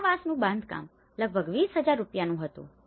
આ વાંસનું બાંધકામ લગભગ 20000 રૂપિયાનુ હતું